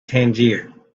tangier